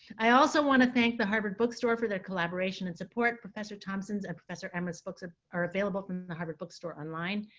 i also want to thank the harvard bookstore for their collaboration and support. professor thompson's and professor amrith's books ah are available from the harvard bookstore online.